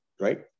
right